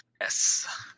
Yes